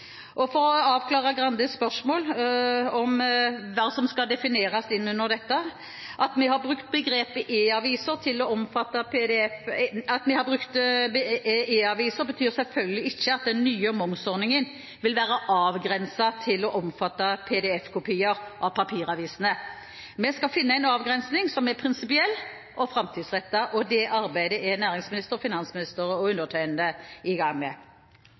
Og for å avklare Grandes spørsmål om hva som skal defineres inn under dette: At vi har brukt begrepet «e-aviser», betyr selvfølgelig ikke at den nye momsordningen vil være avgrenset til å omfatte pdf-kopier av papiravisene. Vi skal finne en avgrensning som er prinsipiell og framtidsrettet, og det arbeidet er næringsminister, finansminister og undertegnede i gang med.